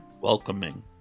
Welcoming